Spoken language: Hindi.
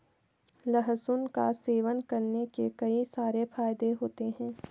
लहसुन का सेवन करने के कई सारे फायदे होते है